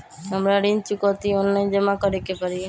हमरा ऋण चुकौती ऑनलाइन जमा करे के परी?